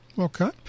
Okay